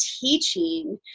teaching